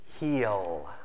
Heal